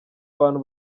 abantu